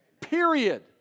Period